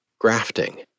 Grafting